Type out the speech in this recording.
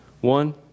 One